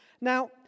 Now